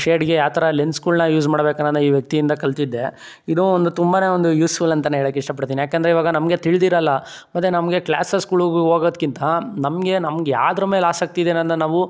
ಶೇಡಿಗೆ ಯಾವ ಥರ ಲೆನ್ಸ್ಗಳನ್ನ ಯೂಸ್ ಮಾಡ್ಬೇಕು ಅನ್ನೋದನ್ನ ಈ ವ್ಯಕ್ತಿಯಿಂದ ಕಲಿತಿದ್ದೆ ಇದು ಒಂದು ತುಂಬನೇ ಒಂದು ಯೂಸ್ಫುಲ್ ಅಂತಲೇ ಹೇಳೋಕೆ ಇಷ್ಟಪಡ್ತೀನಿ ಯಾಕೆಂದ್ರೆ ಇವಾಗ ನಮಗೆ ತಿಳ್ದಿರೋಲ್ಲ ಮತ್ತೆ ನಮಗೆ ಕ್ಲಾಸಸ್ಗಳಿಗೆ ಹೋಗೋದ್ಕಿಂತ ನಮಗೆ ನಮಗೆ ಯಾವ್ದ್ರ ಮೇಲೆ ಆಸಕ್ತಿ ಇದೆ ಅನ್ನೋದನ್ನು ನಾವು